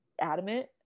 adamant